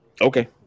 Okay